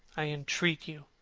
i entreat you.